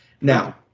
Now